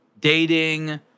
dating